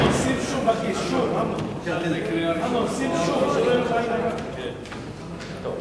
התש"ע 2010, נתקבלה.